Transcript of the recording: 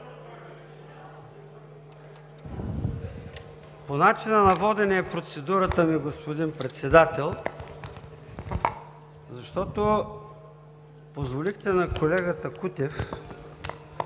По начина на водене е процедурата ми, господин Председател, защото позволихте на колегата Кутев